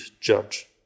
judge